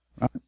right